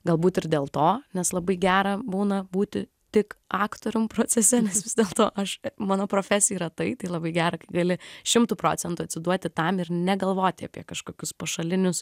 galbūt ir dėl to nes labai gera būna būti tik aktorium procese nes vis dėlto aš mano profesija yra tai tai labai gera kai gali šimtu procentų atsiduoti tam ir negalvoti apie kažkokius pašalinius